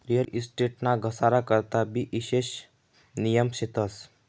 real estate ना घसारा करता भी ईशेष नियम शेतस